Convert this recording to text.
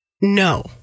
No